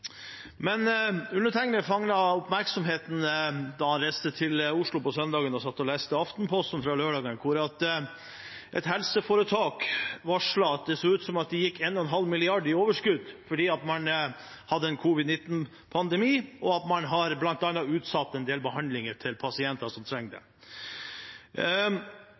da han reiste til Oslo på søndag og satt og leste Aftenposten fra lørdag, hvor et helseforetak varslet at det så ut som om de gikk 1,5 mrd. kr i overskudd fordi man har en covid-19-pandemi, og at man bl.a. har utsatt en del behandlinger til pasienter som trenger det.